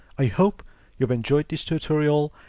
i hope you've enjoyed this tutorial.